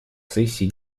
сессии